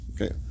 Okay